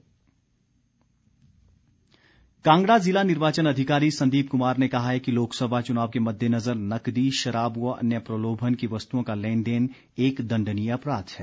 चुनाव कांगड़ा कांगड़ा जिला निर्वाचन अधिकारी संदीप कुमार ने कहा है कि लोकसभा चुनाव के मददेनजर नकदी शराब व अन्य प्रलोभन की वस्तुओं का लेन देन एक दंडनीय अपराध है